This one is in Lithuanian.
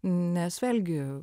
nes vėlgi